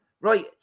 Right